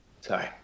sorry